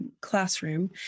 classroom